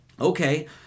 Okay